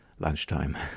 lunchtime